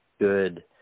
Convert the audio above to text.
good